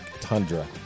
Tundra